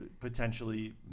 Potentially